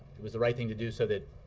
it was the right thing to do so that